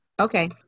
Okay